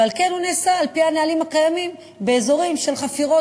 ועל כן היא נעשית על-פי הנהלים הקיימים באזורים של חפירות,